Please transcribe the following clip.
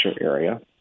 area